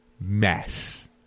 mess